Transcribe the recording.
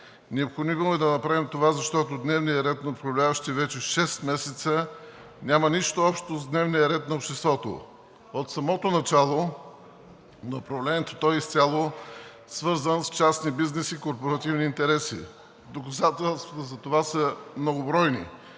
Необходимо е да направим това, защото дневният ред на управляващите вече 6 месеца няма нищо общо с дневния ред на обществото. От самото начало на управлението то е изцяло свързано с частен бизнес и корпоративни интереси. Доказателствата затова са многобройни,